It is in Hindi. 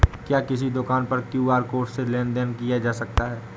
क्या किसी दुकान पर क्यू.आर कोड से लेन देन देन किया जा सकता है?